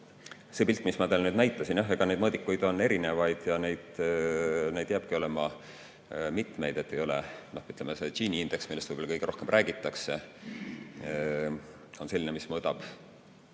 See pilt, mida ma teile näitasin – jah, neid mõõdikuid on erinevaid ja neid jääbki olema mitmeid. Ütleme, see Gini indeks, millest võib-olla kõige rohkem räägitakse, on selline, mis mõõdab